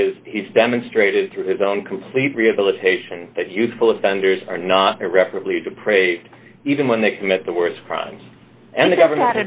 that is he's demonstrated through his own complete rehabilitation that youthful offenders are not irreparably dupr even when they commit the worst crimes and the government